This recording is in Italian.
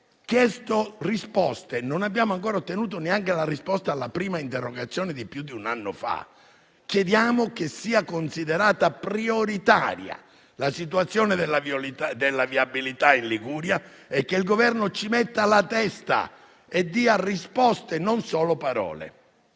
chiesto risposte, ma non abbiamo ancora ottenuto risposta neanche alla prima interrogazione di più di un anno fa. Chiediamo sia considerata prioritaria la situazione della viabilità in Liguria e che il Governo ci metta la testa e dia risposte, non solo a parole.